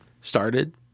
started